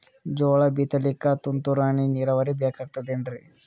ಜೋಳ ಬಿತಲಿಕ ತುಂತುರ ನೀರಾವರಿ ಬೇಕಾಗತದ ಏನ್ರೀ?